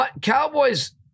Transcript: Cowboys